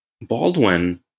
Baldwin